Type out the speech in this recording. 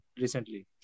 recently